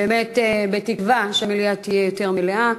באמת, בתקווה שהמליאה תהיה יותר מלאה.